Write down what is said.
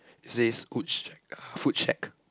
it says wood shack ah food shack